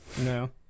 No